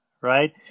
right